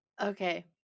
Okay